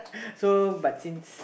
so but since